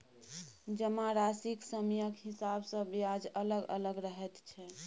जमाराशिक समयक हिसाब सँ ब्याज अलग अलग रहैत छै